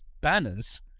Banners